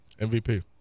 MVP